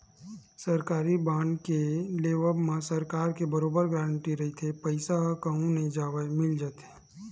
सरकारी बांड के लेवब म सरकार के बरोबर गांरटी रहिथे पईसा ह कहूँ नई जवय मिल जाथे